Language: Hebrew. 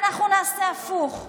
אנחנו נעשה הפוך.